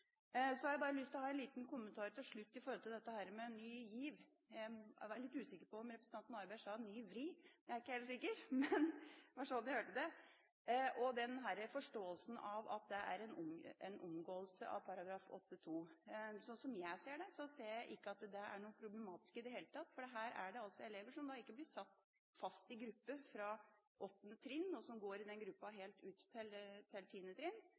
Så har jeg en liten kommentar til slutt, til Ny GIV – jeg er litt usikker på om representanten Harberg sa «Ny VRI», jeg er ikke helt sikker, men det var sånn jeg hørte det – og forståelsen av at det er en omgåelse av § 8-2. Slik jeg ser det, er det ikke noe problematisk i det hele tatt, for her er det elever som ikke blir satt i fast gruppe fra 8. trinn, og som går i den gruppen ut 10. trinn, men det er et tiltak som settes inn for en kortere periode. Jeg kan ikke se at opplæringsloven legger noen hindringer i veien for det. Men jeg har lyst til